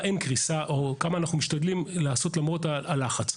אין קריסה וכמה אנחנו משתדלים לעשות למרות הלחץ.